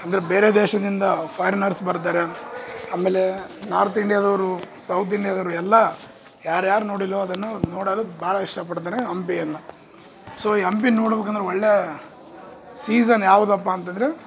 ಅಂದರೆ ಬೇರೆ ದೇಶದಿಂದ ಫಾರಿನರ್ಸ್ ಬರ್ತಾರೆ ಆಮೇಲೆ ನಾರ್ತ್ ಇಂಡಿಯಾದವ್ರುವರು ಸೌತ್ ಇಂಡಿಯಾದವರು ಎಲ್ಲ ಯಾರು ಯಾರು ನೋಡಿಲ್ಲೊ ಅವರನ್ನು ನೋಡಲು ಭಾಳ ಇಷ್ಟಪಡುತ್ತಾರೆ ಹಂಪಿಯನ್ನು ಸೋ ಈ ಹಂಪಿನ್ನ ನೋಡ್ಬೇಕಂದ್ರೆ ಒಳ್ಳೇ ಸೀಸನ್ ಯಾವ್ದಪ್ಪ ಅಂತಂದ್ರೆ